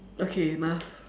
okay enough